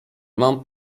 mam